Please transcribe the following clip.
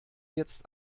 jetzt